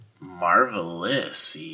marvelous